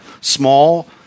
small